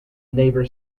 neighbour